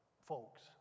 folks